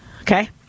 Okay